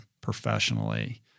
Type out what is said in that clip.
professionally